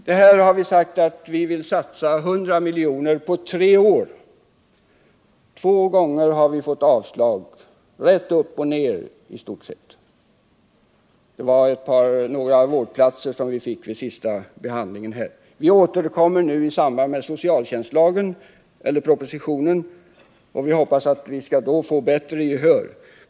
Vi har sagt att vi vill att staten skall satsa 100 milj.kr. på tre år. Två gånger har vi fått avslag på våra förslag, även om vi vid den senaste riksdagsbehandlingen fick några extra vårdplatser. Vi återkommer nu i samband med behandlingen av propositionen om socialtjänstlagen. Vi hoppas att vi då skall vinna bättre gehör för våra förslag.